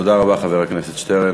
תודה רבה, חבר הכנסת שטרן.